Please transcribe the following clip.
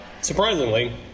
Surprisingly